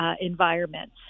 environments